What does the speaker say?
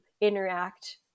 interact